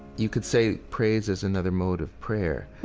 you could say praise is another mode of prayer.